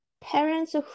parents